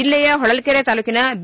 ಜಿಲ್ಲೆಯ ಹೊಳಲೈರೆ ತಾಲೂಕಿನ ಬಿ